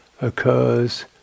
occurs